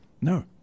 No